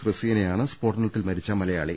റസീനയാണ് സ്ഫോടനത്തിൽ മരിച്ച മലയാളി